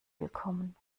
willkommen